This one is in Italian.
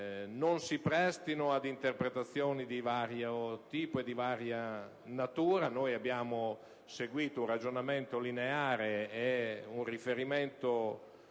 non si prestino ad interpretazioni di vario tipo e di varia natura. Abbiamo seguito un ragionamento lineare e un riferimento